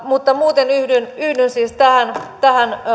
mutta muuten yhdyn yhdyn siis tähän tähän